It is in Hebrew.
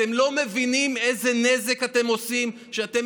אתם לא מבינים איזה נזק אתם עושים כשאתם